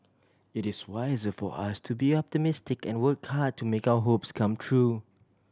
it is wiser for us to be optimistic and work hard to make our hopes come true